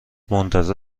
منتظر